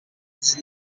his